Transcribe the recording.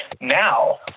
Now